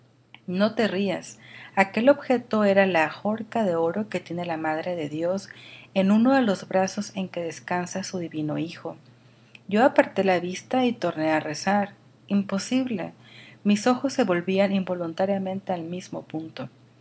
no te rías aquel objeto era la ajorca de oro que tiene la madre de dios en uno de los brazos en que descansa su divino hijo yo aparté la vista y torné á rezar imposible mis ojos se volvían involuntariamente al mismo punto